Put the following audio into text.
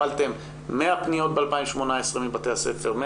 האם קיבלתם 100 פניות בשנת 2018 מבתי הספר,